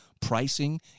pricing